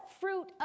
fruit